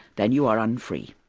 then you are un-free.